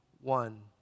one